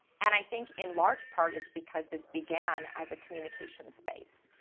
and i think in large part it's because this began as a communications space.